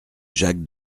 jacques